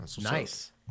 nice